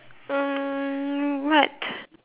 mm what